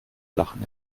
lachen